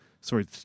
sorry